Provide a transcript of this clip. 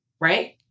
right